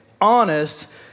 honest